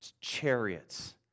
chariots